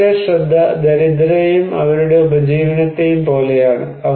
അവരുടെ ശ്രദ്ധ ദരിദ്രരെയും അവരുടെ ഉപജീവനത്തെയും പോലെയാണ്